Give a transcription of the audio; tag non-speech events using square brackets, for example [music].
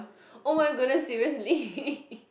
oh my goodness seriously [laughs]